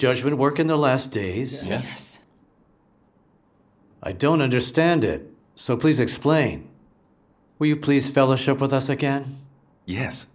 judgement work in the last days yes i don't understand it so please explain where you please fellowship with us again yes